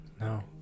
No